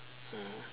mm